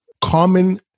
common